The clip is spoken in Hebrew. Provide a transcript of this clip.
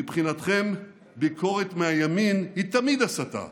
מבחינתכם, ביקורת מהימין היא תמיד הסתה,